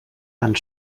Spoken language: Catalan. tant